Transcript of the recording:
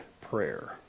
prayer